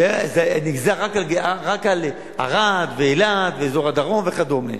זה נגזר רק על ערד ואילת, אזור הדרום וכדומה.